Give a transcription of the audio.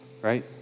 right